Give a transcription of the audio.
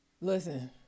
listen